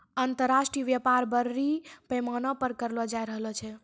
अन्तर्राष्ट्रिय व्यापार बरड़ी पैमाना पर करलो जाय रहलो छै